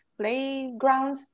playground